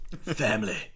Family